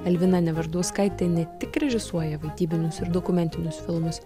elvina nevardauskaitė ne tik režisuoja vadybinius ir dokumentinius filmus